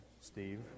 Steve